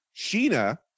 sheena